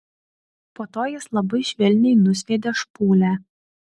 po to jis labai švelniai nusviedė špūlę